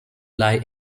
lie